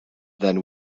then